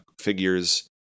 figures